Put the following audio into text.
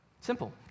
Simple